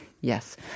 Yes